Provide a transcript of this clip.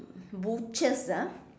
butchers ah